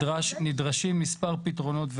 נדרשים מספר פתרונות,